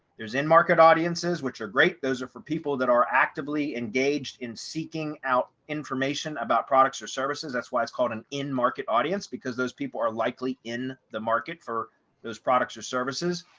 there's in market audiences, which are great, those are for people that are actively engaged in seeking out information about products or services. that's why it's called an in market audience, because those people are likely in the market for those products or services.